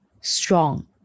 strong